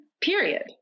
period